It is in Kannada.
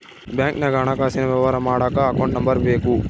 ಬ್ಯಾಂಕ್ನಾಗ ಹಣಕಾಸಿನ ವ್ಯವಹಾರ ಮಾಡಕ ಅಕೌಂಟ್ ನಂಬರ್ ಬೇಕು